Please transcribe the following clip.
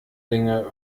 dinge